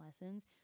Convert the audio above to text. lessons